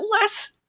less